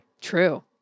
True